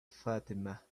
fatima